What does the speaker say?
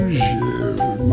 share